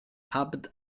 abd